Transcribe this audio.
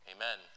Amen